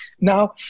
Now